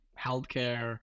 healthcare